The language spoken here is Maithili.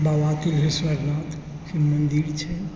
बाबा त्रिहेश्वरनाथ के मंदिर छनि